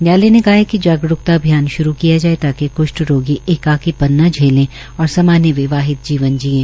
न्यायालय ने कहा कि जागरूकता अभियान श्रू किया जाये ताकि कृष्ठ रोगी एकाकीपन न झेले और सामान्य विवाहित जीवन जीयें